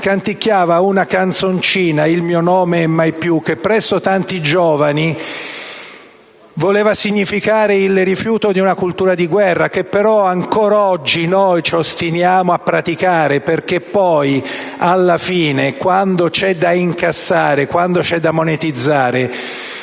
canticchiava una canzoncina, «Il mio nome è mai più», che presso tanti giovani voleva significare il rifiuto di una cultura di guerra. Una cultura di guerra che tuttavia ancora oggi ci ostiniamo a praticare, perché poi, alla fine, quando c'è da incassare e da monetizzare,